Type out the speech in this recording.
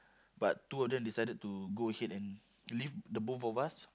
but two of them decided to go ahead and leave the both of us